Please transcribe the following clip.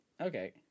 okay